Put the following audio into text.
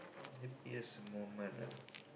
happiest moment ah